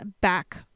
back